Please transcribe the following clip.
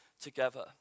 together